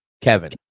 Kevin